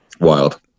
Wild